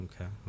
Okay